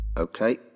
Okay